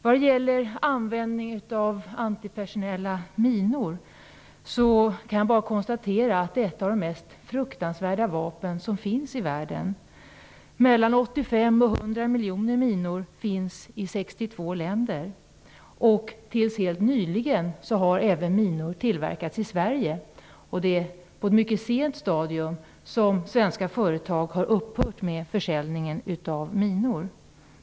Vad gäller användning av antipersonella minor kan jag bara konstatera att detta är ett av de mest fruktansvärda vapen som finns i världen. Mellan 85 och 100 miljoner minor finns i 62 länder. Till helt nyligen har minor tillverkats även i Sverige, och det är på ett mycket sent stadium som svenska företag har upphört med försäljning av minor.